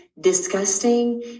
disgusting